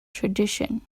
tradition